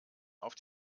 auf